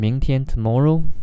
tomorrow